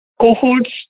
cohorts